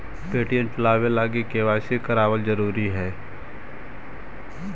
Paytm चलाबे लागी KYC करबाबल जरूरी हई